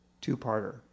two-parter